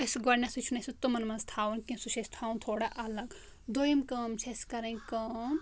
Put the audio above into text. أسۍ گۄڈنٮ۪تھٕے چھُنہٕ اَسہِ سُہ تِمَن منٛز تھَاوُن کینٛہہ سُہ چھُ اَسہِ تھَاوُن تھوڑا الگ دۄیُم کٲم چھ اَسہِ کَرنٕۍ کٲم